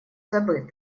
забыт